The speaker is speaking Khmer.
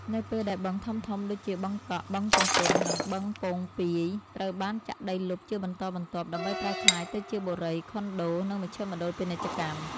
នៅពេលដែលបឹងធំៗដូចជាបឹងកក់ បឹងទំពុន និងបឹងពោងពាយ ត្រូវបានចាក់ដីលុបជាបន្តបន្ទាប់ដើម្បីប្រែក្លាយទៅជាបុរី ខុនដូ និងមជ្ឈមណ្ឌលពាណិជ្ជកម្ម។